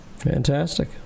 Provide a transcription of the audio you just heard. Fantastic